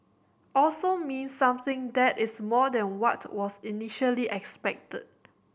also means something that is more than what was initially expected